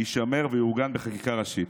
יישמר ויעוגן בחקיקה ראשית.